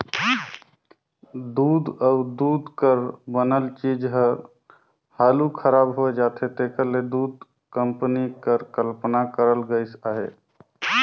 दूद अउ दूद कर बनल चीज हर हालु खराब होए जाथे तेकर ले दूध कंपनी कर कल्पना करल गइस अहे